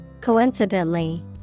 coincidentally